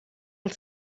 els